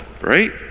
right